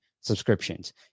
subscriptions